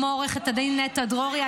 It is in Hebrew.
כמו עו"ד נטע דרורי,